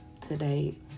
today